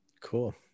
cool